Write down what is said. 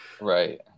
right